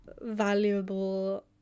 valuable